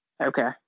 Okay